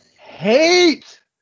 hate